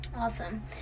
awesome